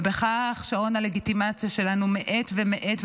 ובכך שעון הלגיטימציה שלנו מאט ומאט,